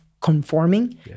conforming